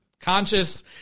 conscious